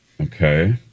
okay